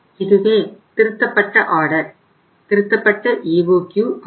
இதுவே திருத்தப்பட்ட ஆர்டர் திருத்தப்பட்ட EOQ ஆகும்